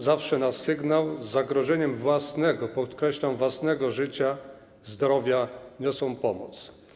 Zawsze na sygnał z zagrożeniem własnego - podkreślam: własnego - życia, zdrowia niosą pomoc.